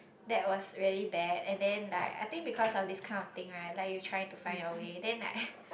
that was really bad and then like I think because of this kind of thing right like you trying to find your way then like